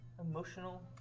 Emotional